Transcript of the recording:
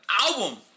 album